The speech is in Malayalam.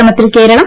ശ്രമത്തിൽ കേരളം